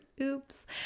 oops